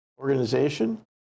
organization